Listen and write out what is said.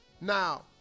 Now